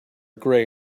grey